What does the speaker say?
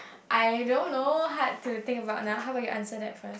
I don't know hard to think about now how about you answer that first